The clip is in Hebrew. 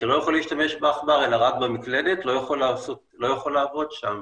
שלא יכול להשתמש בעכבר אלא רק במקלדת לא יכול לעבוד שם.